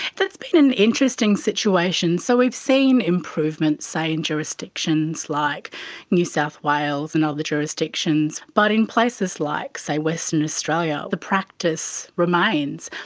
that's been an interesting situation. so we've seen improvements, say, in jurisdictions like new south wales and other jurisdictions, but in places like, say, western australia, the practice remains.